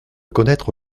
connaître